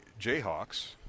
Jayhawks